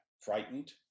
frightened